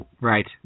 Right